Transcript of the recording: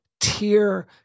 tier